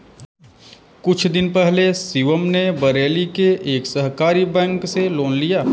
कुछ दिन पहले शिवम ने बरेली के एक सहकारी बैंक से लोन लिया